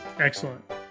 Excellent